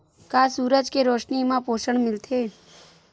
का सूरज के रोशनी म पोषण मिलथे?